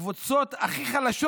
הקבוצות הכי חלשות